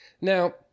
Now